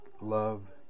love